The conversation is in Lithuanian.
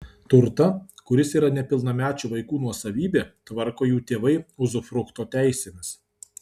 turtą kuris yra nepilnamečių vaikų nuosavybė tvarko jų tėvai uzufrukto teisėmis